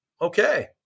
okay